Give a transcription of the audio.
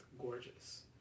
gorgeous